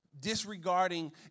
disregarding